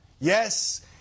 Yes